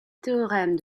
théorème